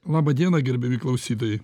laba diena gerbiami klausytojai